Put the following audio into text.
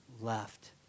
left